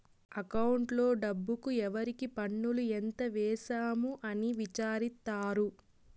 అకౌంట్లో డబ్బుకు ఎవరికి పన్నులు ఎంత వేసాము అని విచారిత్తారు